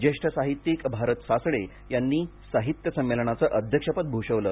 ज्येष्ठ साहित्यिक भारत सासणे यांनी साहित्य संमेलनाचं अध्यक्षपद भूषवलं